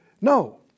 No